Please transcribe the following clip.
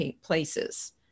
places